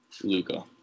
Luka